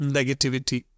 Negativity